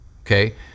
okay